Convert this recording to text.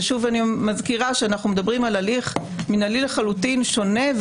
ושוב אני מזכירה שאנחנו מדברים על הליך מינהלי לחלוטין שונה,